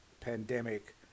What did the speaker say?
pandemic